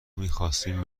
میخواستیم